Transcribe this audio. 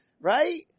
Right